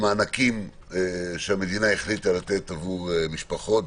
מענקים שהמדינה החליטה לתת עבור משפחות.